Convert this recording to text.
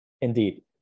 Indeed